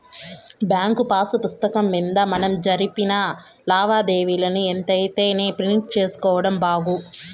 bank pass పుస్తకం మింద మనం జరిపిన లావాదేవీలని ఎంతెంటనే ప్రింట్ సేసుకోడం బాగు